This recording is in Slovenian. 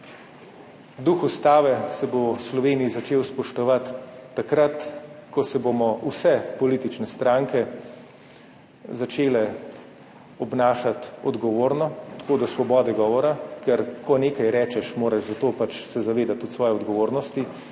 Duh ustave se bo v Sloveniji začel spoštovati takrat, ko se bomo vse politične stranke začele obnašati odgovorno, tako do svobode govora – ker ko nekaj rečeš, se moraš pač za to zavedati tudi svoje odgovornosti